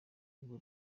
ubwo